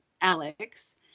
Alex